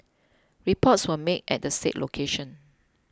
reports were made at the said location